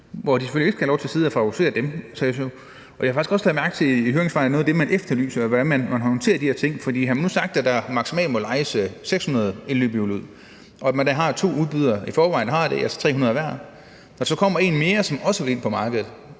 de skal selvfølgelig ikke have lov til at sidde og favorisere det. Jeg har faktisk i høringssvarene lagt mærke til, at noget af det, man efterlyser, er, hvordan man håndterer de her ting. For havde man nu sagt, at der maksimalt må lejes 600 elløbehjul ud, og man i forvejen har to udbydere med 300 hver, og der kommer en mere, som også vil ind på markedet,